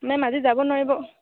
ma'am আজি যাব নোৱাৰিব